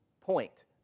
point